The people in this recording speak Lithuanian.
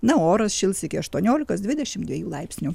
na o oras šils iki aštuoniolikos dvidešimt dviejų laipsnių